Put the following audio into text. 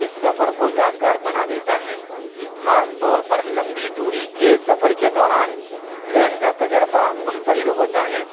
اس سفر کو یادگار بنا دیتا ہے خاص طور پر لمبی دوری کے سفر کے دوران ٹرین کا تجربہ منفرد ہوتا ہے